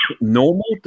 normal